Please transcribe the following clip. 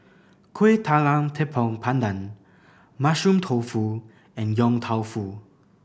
Kueh Talam Tepong Pandan Mushroom Tofu and Yong Tau Foo